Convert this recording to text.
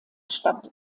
stadt